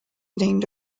named